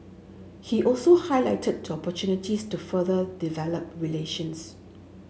he also highlighted opportunities to further develop relations